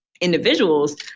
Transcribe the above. individuals